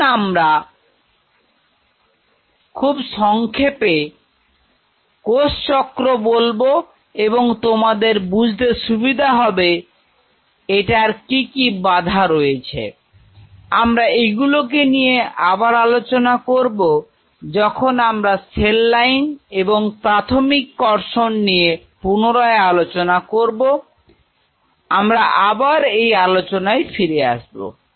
এখন আমরা খুব সংক্ষেপে কোষ চক্র বলবো এবং তোমাদের বুঝতে সুবিধা হবে এটার কি কি বাধা রয়েছে আমরা এগুলো নিয়ে আবার আলোচনা করব যখন আমরা সেল লাইন এবং প্রাথমিক কর্ষণ নিয়ে পুনরায় আলোচনা করব আমরা আবার এই আলোচনায় ফিরে আসবো